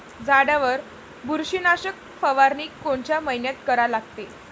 झाडावर बुरशीनाशक फवारनी कोनच्या मइन्यात करा लागते?